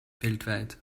weltweit